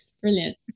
brilliant